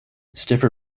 stiffer